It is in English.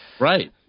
Right